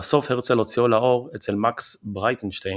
לבסוף הרצל הוציאו לאור אצל מקס ברייטנשטיין,